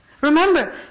Remember